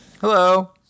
Hello